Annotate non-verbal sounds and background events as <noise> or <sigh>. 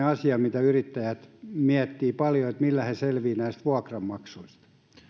<unintelligible> asia mitä yrittäjät miettivät paljon millä he selviävät näistä vuokranmaksuista